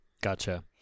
gotcha